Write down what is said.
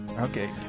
Okay